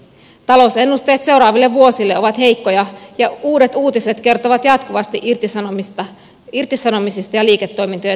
talousennusteet seuraaville vuosille ovat heikkoja ja uudet uutiset kertovat jatkuvasti irtisanomisista ja liiketoimintojen lakkauttamisista suomessa